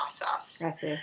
process